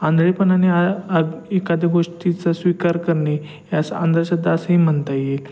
आंधळेपणाने आय आ एखाद्या गोष्टीचा स्वीकार करणे यास अंधश्रद्धा असेही म्हणता येईल